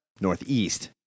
Northeast